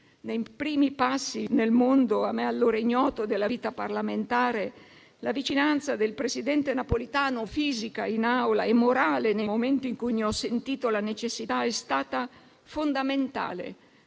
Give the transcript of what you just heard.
Nei primi passi nel mondo, a me allora ignoto, della vita parlamentare la vicinanza del presidente Napolitano, fisica in Aula e morale nei momenti in cui ne ho sentito la necessità, è stata fondamentale.